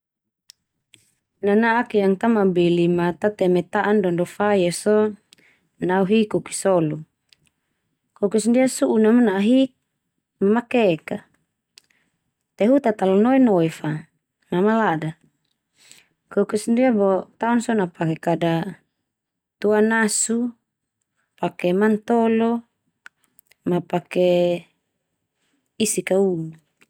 Nana'ak yang ta mabeli ma tateme ta'an ndo-ndo fai ia so, na au hi koki solo. Kokis ndia su'un na mana'a hik, ma makek a te hu ta talalu noe-noe fa ma malada. Kokis ndia bo taon so na pake kada tua nasu, pake manutolo, ma pake isik ka un na.